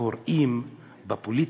קוראים בפוליטיקה,